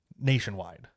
nationwide